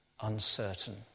uncertain